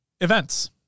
Events